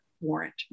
warrant